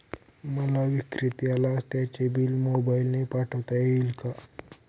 मला विक्रेत्याला त्याचे बिल मोबाईलने पाठवता येईल का?